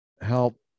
help